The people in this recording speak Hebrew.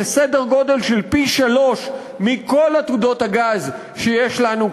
זה סדר-גודל של פי-שלושה מכל עתודות הגז שיש לנו,